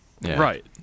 Right